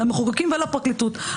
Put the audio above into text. למחוקקים ולפרקליטות,